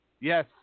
Yes